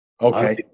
Okay